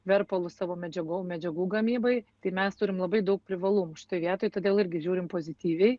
verpalus savo medžiagom medžiagų gamybai tai mes turim labai daug privalumų šitoj vietoj todėl irgi žiūrim pozityviai